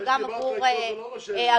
וגם עבור הגמ"חים,